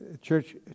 church